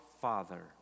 Father